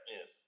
Yes